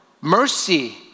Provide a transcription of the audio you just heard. mercy